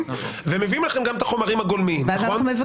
ולא צריך